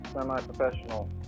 semi-professional